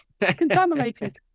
contaminated